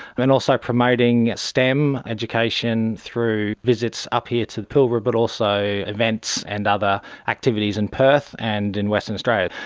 and also promoting stem education through visits up here to the pilbara but also events and other activities in perth and in western australia.